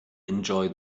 enjoy